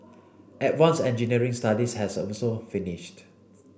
advance engineering studies has also finished